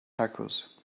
tacos